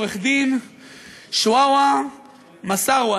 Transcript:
עורך-דין שוואוואע מסארווה,